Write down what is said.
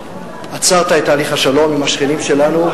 עצרת את תהליך השלום עם השכנים שלנו,